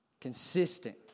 consistent